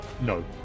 No